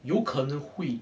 有可能会